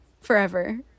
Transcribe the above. forever